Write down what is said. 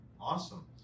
awesome